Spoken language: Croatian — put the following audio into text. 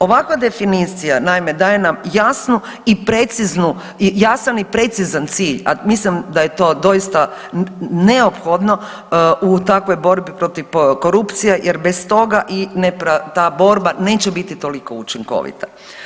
Ovakva definicija naime daje nam jasnu i preciznu, jasan i precizan cilj, a mislim da je to doista neophodno u takvoj borbi protiv korupcije jer bez toga i ta borba neće biti toliko učinkovita.